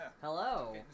Hello